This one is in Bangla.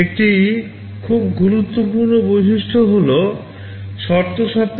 ARM নির্দেশাবলী